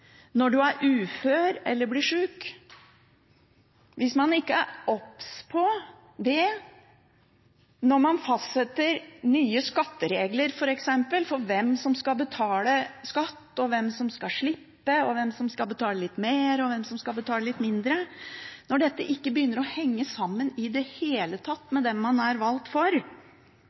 når de er uføre eller blir syke, hvis man ikke er obs på det når man fastsetter nye skatteregler, f.eks., for hvem som skal betale skatt, hvem som skal slippe, hvem som skal betale litt mer, og hvem som skal betale litt mindre, når dette begynner ikke å henge sammen i det hele tatt med dem man er valgt for,